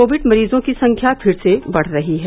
Covid मरीजों की संख्या फिर से बढ़ रही है